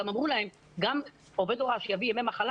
אמרו להם שגם עובד הוראה שיביא ימי מחלה